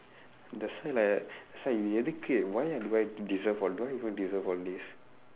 that's why like lah that's why எதுக்கு:ethukku why do I deserve all do I even deserve all this